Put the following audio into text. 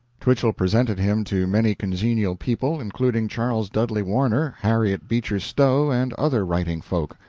twichell presented him to many congenial people, including charles dudley warner, harriet beecher stowe, and other writing folk.